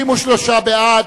63 בעד,